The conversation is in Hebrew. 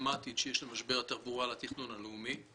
הדרמטית שיש למשבר התחבורה על התכנון הלאומי.